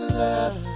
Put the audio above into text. love